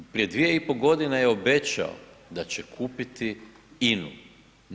Prije 2,5 godine je obećao da će kupiti INA-u.